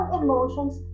emotions